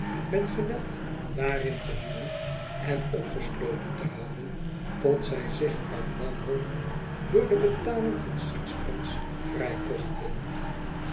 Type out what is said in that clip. met geweld daarin te duwen en opgesloten te houden tot zij zich uit wanhoop door de betaling van zes pence